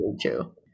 true